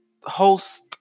host